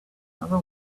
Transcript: another